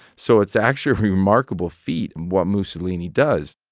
so it's actually a remarkable feat what mussolini does